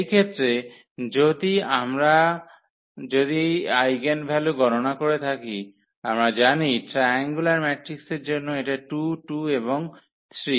এই ক্ষেত্রে যদি আমরা যদি আইগেনভ্যালু গণনা করে থাকি আমরা জানি ট্রায়াঙ্গুলার ম্যাট্রিক্সের জন্য এটা 22 এবং 3